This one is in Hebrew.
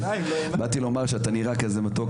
באתי לומר שאתה נראה כזה מתוק,